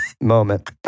moment